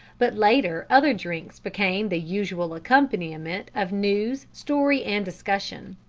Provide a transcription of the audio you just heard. but later other drinks became the usual accompaniment of news, story, and discussion.